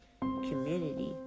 community